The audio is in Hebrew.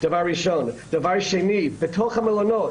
דבר שני, בתוך המלונות